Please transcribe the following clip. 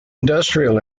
industrial